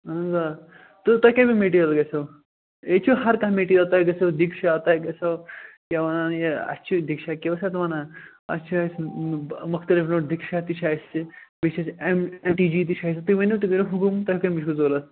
اَہن حظ آ تہٕ تۄہہِ کَمیُک میٹیٖریَل گژھٮ۪و ییٚتہِ چھُ ہر کانٛہہ میٹیٖریَل تۄہہِ گژھٮ۪و دِکشا تۄہہِ گژھٮ۪و کیٛاہ وَنان یہِ اَسہِ چھِ دِکشاہ کیٛاہ چھِ اَتھ وَنان اَسہِ چھِ مُختلِف روٚٹ دِکشا تہِ چھِ اَسہِ بیٚیہِ چھِ اَسہِ ایم ایٚن ٹی جی تہِ چھِ اَسہِ تُہۍ ؤنِو تُہۍ کٔرِو حُکُم تۄہہِ کَم چھَو ضروٗرت